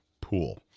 pool